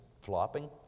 flopping